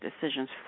decisions